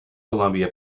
columbia